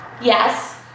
Yes